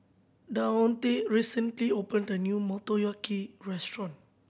Davonte recently opened a new Motoyaki Restaurant